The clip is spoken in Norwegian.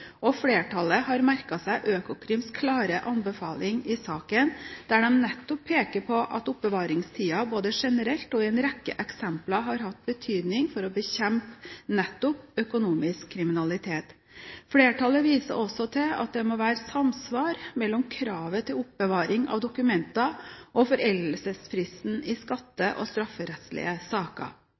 og flertallet har merket seg Økokrims klare anbefaling i saken, der de nettopp peker på at oppbevaringstiden både generelt og i en rekke eksempler har hatt betydning for å bekjempe nettopp økonomisk kriminalitet. Flertallet viser også til at det må være samsvar mellom kravet til oppbevaring av dokumenter og foreldelsesfristen i skatte- og strafferettslige saker.